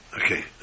Okay